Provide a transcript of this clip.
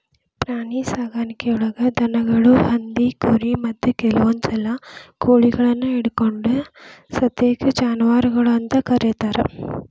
ಪ್ರಾಣಿಸಾಕಾಣಿಕೆಯೊಳಗ ದನಗಳು, ಹಂದಿ, ಕುರಿ, ಮತ್ತ ಕೆಲವಂದುಸಲ ಕೋಳಿಗಳನ್ನು ಹಿಡಕೊಂಡ ಸತೇಕ ಜಾನುವಾರಗಳು ಅಂತ ಕರೇತಾರ